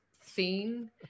scene